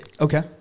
Okay